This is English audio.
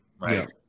right